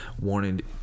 wanted